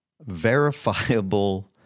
verifiable